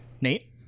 Nate